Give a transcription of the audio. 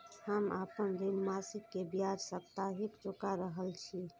हम आपन ऋण मासिक के ब्याज साप्ताहिक चुका रहल छी